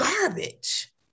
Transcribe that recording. garbage